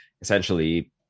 essentially